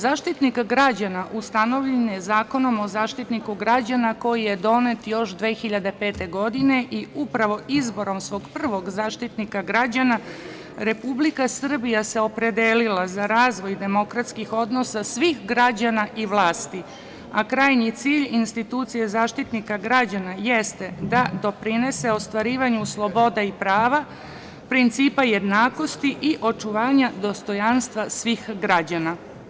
Zaštitnik građana ustanovljen je Zakonom o Zaštitniku građana, koji je donet još 2005. godine i upravo izborom svog prvog Zaštitnika građana, Republika Srbija se opredelila za razvoj demokratskih odnosa svih građana i vlasti, a krajnji cilj institucije Zaštitnika građana jeste da doprinese ostvarivanju sloboda i prava, principa jednakosti i očuvanja dostojanstva svih građana.